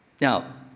Now